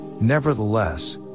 Nevertheless